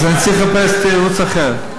אז אני צריך לחפש תירוץ אחר.